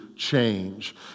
change